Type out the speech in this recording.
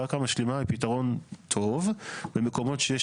קרקע משלימה היא פתרון טוב במקומות שיש